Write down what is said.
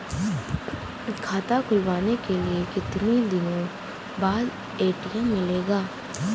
खाता खुलवाने के कितनी दिनो बाद ए.टी.एम मिलेगा?